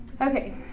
Okay